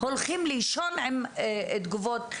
הולכים לישון עם תגובות.